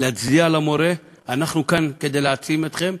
להצדיע למורה אנחנו כאן כדי להעצים אתכם,